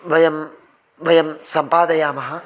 वयं वयं सम्पादयामः